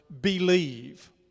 believe